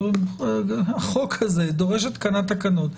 החוק הזה דורשת התקנת תקנות.